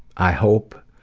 i hope